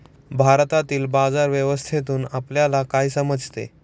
भारतातील बाजार व्यवस्थेतून आपल्याला काय समजते?